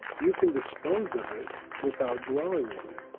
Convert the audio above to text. you can dispose of it without dwelling on it.